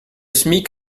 smic